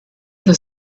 the